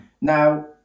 Now